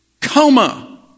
Coma